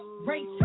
Race